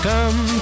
Come